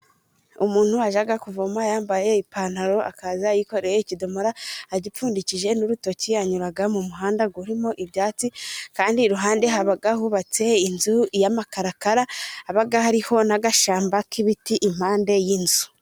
Umuntu wajyaga kuvoma, yambaye ipantaro akaza yikoreye ikidomoro agipfundikije n' urutoki, yanyuraga mu muhanda urimo ibyatsi, kandi iruhande haba hubatse inzu y' amakarakara, haba hariho n' agashyamba k' ibiti impande y' inzu.